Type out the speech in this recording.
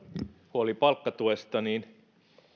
huoliin palkkatuesta